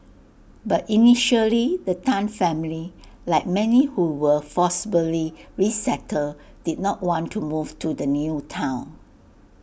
but initially the Tan family like many who were forcibly resettled did not want to move to the new Town